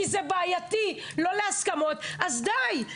כי זה בעייתי ולא להסכמות אז די,